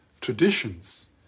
traditions